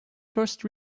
first